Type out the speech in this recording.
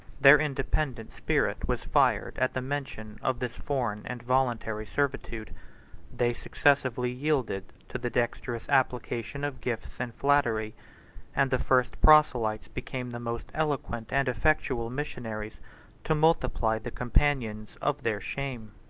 their independent spirit was fired at the mention of this foreign and voluntary servitude they successively yielded to the dexterous application of gifts and flattery and the first proselytes became the most eloquent and effectual missionaries to multiply the companions of their shame.